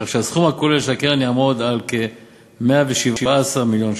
כך שהסכום הכולל של הקרן יעמוד על כ-117 מיליון ש"ח.